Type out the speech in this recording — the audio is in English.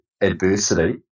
adversity